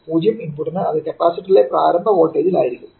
0 ഇൻപുട്ടിന് അത് കപ്പാസിറ്ററിലെ പ്രാരംഭ വോൾട്ടേജിൽ ആയിരിക്കും